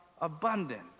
abundant